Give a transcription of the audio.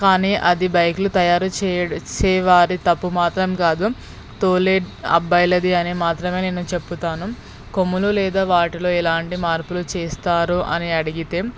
కానీ అది బైక్లు తయారుచేయిడ్ చేసేవారి తప్పు మాత్రం కాదు తోలే అబ్బాయిలది అని మాత్రమే నేను చెప్తాను కొమ్ములు లేదా వాటిలో ఎలాంటి మార్పులు చేస్తారు అని అడిగితే